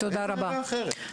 אין ברירה אחרת.